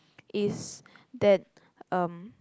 is that um